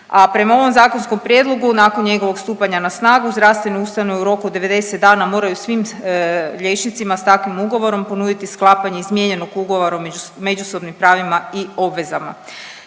a prema ovom zakonskom prijedlogu nakon njegovog stupanja na snagu zdravstvene ustanove u roku od 90 dana moraju svim liječnicima sa takvim ugovorom ponuditi sklapanje izmijenjenog ugovora o međusobnim pravima i obvezama.